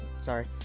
sorry